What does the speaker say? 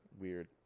weird